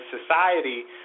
society